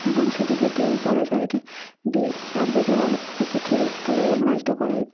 এবং সেটি সেটি আমি পরে স্যারকে দিই স্যার দেখে বলে আচ্ছা ঠিক আছে তাহলে এইভাবে কাজটা করা যায়